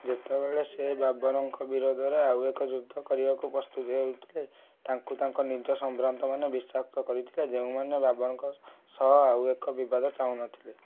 ଯେତେବେଳେ ସେ ବାବରଙ୍କ ବିରୋଧରେ ଆଉ ଏକ ଯୁଦ୍ଧ କରିବାକୁ ପ୍ରସ୍ତୁତ ହେଉଥିଲେ ତାଙ୍କୁ ତାଙ୍କ ନିଜ ସମ୍ଭ୍ରାନ୍ତମାନେ ବିଷାକ୍ତ କରିଥିଲେ ଯେଉଁମାନେ ବାବରଙ୍କ ସହ ଆଉ ଏକ ବିବାଦ ଚାହୁଁ ନଥିଲେ